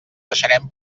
deixarem